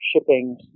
shipping